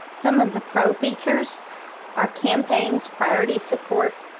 some of the pro features are campaigns, priority support,